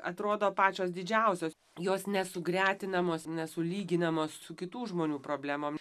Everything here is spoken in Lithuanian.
atrodo pačios didžiausios jos nesugretinamos nesulyginamos su kitų žmonių problemom